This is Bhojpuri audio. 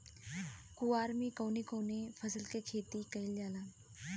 कुवार में कवने कवने फसल के खेती कयिल जाला?